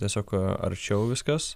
tiesiog arčiau viskas